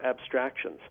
abstractions